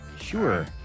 Sure